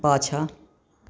पाछाँ